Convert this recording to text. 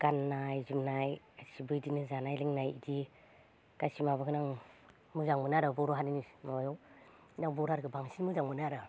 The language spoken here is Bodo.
गाननाय जोमनाय गासिबो इदिनो जानाय लोंनाय इदि गासै माबाखोनो आं मोजां मोनो आरो बर'हारिनि माबायाव आं बर'हारिखो बांसिन मोजां मोनो आरो